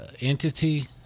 entity